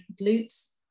glutes